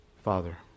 Father